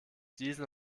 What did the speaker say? diesel